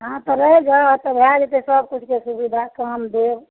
हाँ तऽ रहय जाउ अतऽ भए जेतय सबकिछके सुविधा काम देब